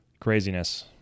craziness